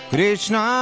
Krishna